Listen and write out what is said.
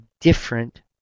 different